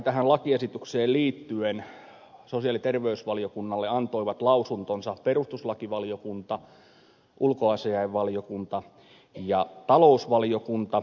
tähän lakiesitykseen liittyen sosiaali ja terveysvaliokunnalle antoivat lausuntonsa perustuslakivaliokunta ulkoasiainvaliokunta ja talousvaliokunta